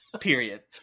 period